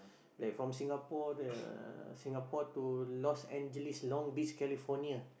like from Singapore the Singapore to Los-Angeles Long Beach California